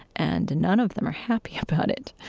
and none of them are happy about it,